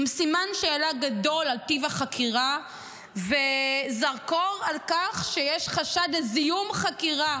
עם סימן שאלה גדול על טיב החקירה וזרקור על כך שיש חשד לזיהום חקירה.